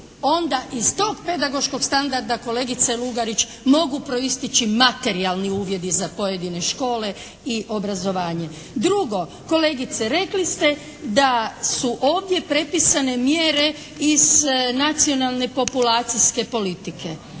onda iz tog pedagoškog standarda kolegice Lugarić mogu proistići materijalni uvjeti za pojedine škole i obrazovanje. Drugo, kolegice, rekli ste da su ovdje prepisane mjere iz Nacionalne populacijske politike.